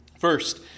First